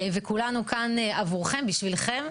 כולנו כאן עבורכם, בשבילכם.